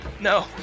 No